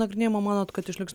nagrinėjimo manot kad išliks